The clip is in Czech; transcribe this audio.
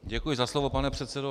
Děkuji za slovo, pane předsedo.